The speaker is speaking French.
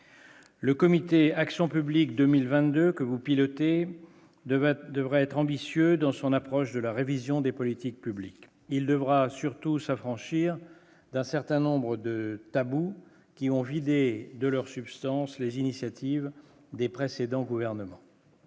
Le comité action publique 2022 que vous pilotez demain devrait être ambitieux dans son approche de la révision des politiques publiques, il devra surtout s'affranchir d'un certain nombre de tabous qui ont vidé de leur substance les initiatives des précédents gouvernements.